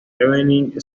evening